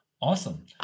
Awesome